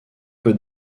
peu